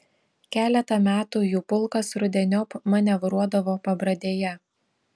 keletą metų jų pulkas rudeniop manevruodavo pabradėje